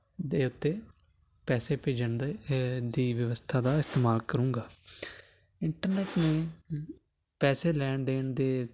ਦੇ ਉੱਤੇ ਪੈਸੇ ਭੇਜਣ ਦੇ ਦੀ ਵਿਵਸਥਾ ਦਾ ਇਸਤੇਮਾਲ ਕਰੂੰਗਾ ਇੰਟਰਨੈਟ ਨੇ ਪੈਸੇ ਲੈਣ ਦੇਣ ਦੇ